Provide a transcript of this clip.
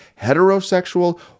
heterosexual